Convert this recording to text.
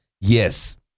Yes